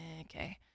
okay